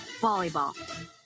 volleyball